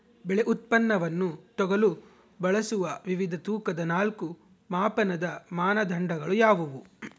ಬೆಳೆ ಉತ್ಪನ್ನವನ್ನು ತೂಗಲು ಬಳಸುವ ವಿವಿಧ ತೂಕದ ನಾಲ್ಕು ಮಾಪನದ ಮಾನದಂಡಗಳು ಯಾವುವು?